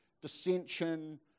dissension